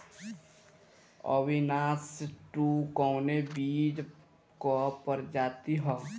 अविनाश टू कवने बीज क प्रजाति ह?